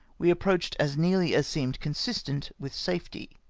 we approached as nearly as seemed consistent with safety.